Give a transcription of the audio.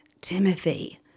Timothy